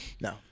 No